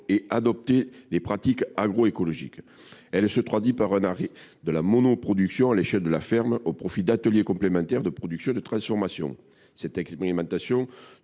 et adopter des pratiques agroécologiques. Elle se traduit par un arrêt de la monoproduction à l’échelle de la ferme, au profit d’ateliers complémentaires de production et de transformation. Ces expérimentations